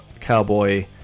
Cowboy